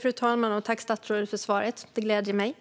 Fru talman! Tack, statsrådet för svaret! Det gläder mig.